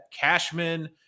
Cashman